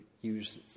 use